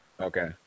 Okay